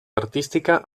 artística